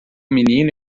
menino